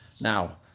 Now